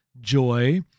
Joy